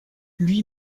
lui